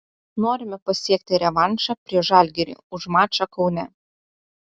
norime pasiekti revanšą prieš žalgirį už mačą kaune